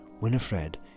Winifred